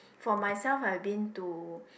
for myself I've been to